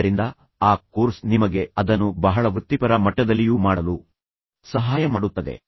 ಆದ್ದರಿಂದ ಆ ಕೋರ್ಸ್ ನಿಮಗೆ ಅದನ್ನು ಬಹಳ ವೃತ್ತಿಪರ ಮಟ್ಟದಲ್ಲಿಯೂ ಮಾಡಲು ಸಹಾಯ ಮಾಡುತ್ತದೆ